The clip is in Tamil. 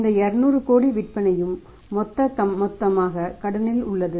இந்த 200 கோடி விற்பனையும் மொத்தமாக கடனில் உள்ளது